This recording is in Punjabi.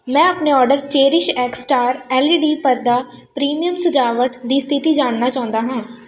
ਮੈਂ ਆਪਣੇ order CherishX star L E D ਪਰਦਾ ਪ੍ਰੀਮੀਅਮ ਸਜਾਵਟ ਦੀ ਸਥਿਤੀ ਜਾਣਨਾ ਚਾਹੁੰਦਾ ਹਾਂ